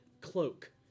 cloak